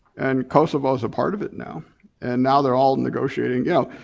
and kosovo's a part of it now and now they're all negotiating. yeah